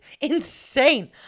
insane